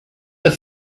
the